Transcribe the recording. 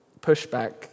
pushback